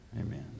amen